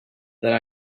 then